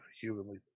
humanly